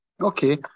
Okay